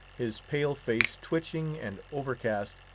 his pale face twitching and overcast,